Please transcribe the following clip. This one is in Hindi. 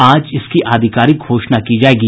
आज इसकी आधिकारिक घोषणा की जायेगी